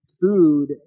food